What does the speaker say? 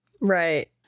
Right